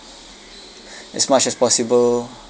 as much as possible